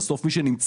אבל בסוף מי שנמצא,